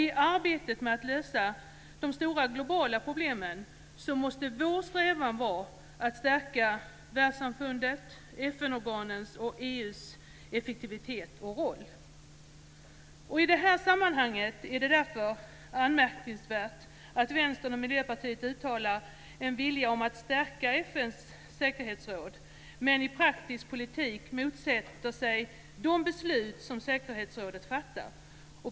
I arbetet med att lösa de stora globala problemen måste vår strävan vara att stärka världssamfundets, FN-organens och I det här sammanhanget är det därför anmärkningsvärt att Vänstern och Miljöpartiet uttalar en vilja att stärka FN:s säkerhetsråd men i praktisk politik motsätter sig de beslut som säkerhetsrådet fattar.